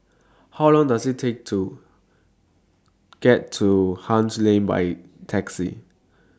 How Long Does IT Take to get to Haig Lane By Taxi